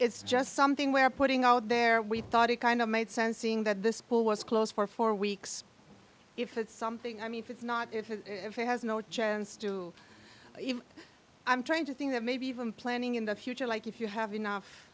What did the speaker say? is just something we're putting out there we thought it kind of made sense seeing that this pool was closed for four weeks if it's something i mean if it's not if it has no chance to even i'm trying to think that maybe even planning in the future like if you have enough